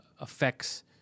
affects